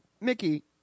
Mickey